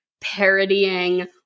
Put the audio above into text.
parodying